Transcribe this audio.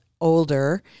older